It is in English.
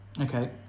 Okay